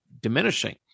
diminishing